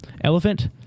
Elephant